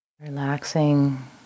relaxing